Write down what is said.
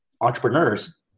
entrepreneurs